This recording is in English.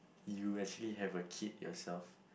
you actually have a kid yourself